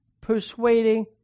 persuading